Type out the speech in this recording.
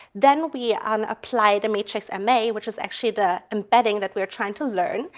then we um apply the matrix m a which is actually the embedding that we're trying to learn.